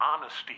honesty